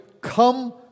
come